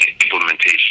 implementation